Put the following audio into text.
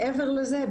מעבר לזה,